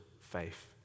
faith